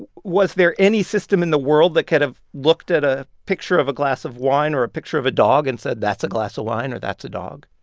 was there any system in the world that could've looked at a picture of a glass of wine or a picture of a dog and said, that's a glass of wine, or, that's a dog?